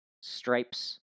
Stripes